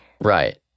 Right